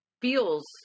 feels